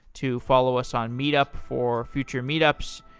to follow us on meet up for future meet ups,